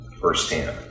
firsthand